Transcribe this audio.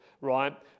right